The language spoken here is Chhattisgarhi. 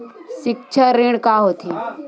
सिक्छा ऋण का होथे?